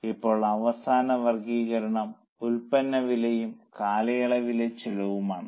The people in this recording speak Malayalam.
ഇപ്പോൾ അവസാന വർഗ്ഗീകരണം ഉൽപ്പന്ന വിലയും കാലയളവിലെ ചെലവുകളും ആണ്